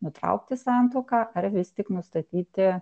nutraukti santuoką ar vis tik nustatyti